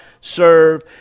serve